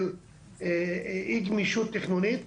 בקטע של אי גמישות תכנונית,